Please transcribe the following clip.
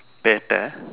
better